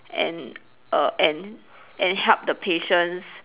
and err and and help the patients